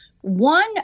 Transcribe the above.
one